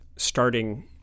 starting